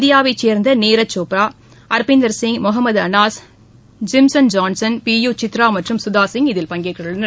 இந்தியாவைச் சேர்ந்த Neeraj Chopra Arpinder Singh Mohammed Anas Jimson Johnson B U Chitra மற்றும் சுதாசிங் பங்கேற்கின்றனர்